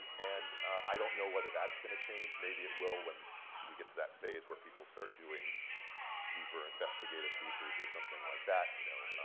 and i don't know whether that's going to change. maybe it will when we get to that phase where people start doing deeper investigative pieces or something like that, you know.